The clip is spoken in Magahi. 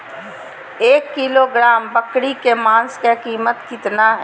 एक किलोग्राम बकरी के मांस का कीमत कितना है?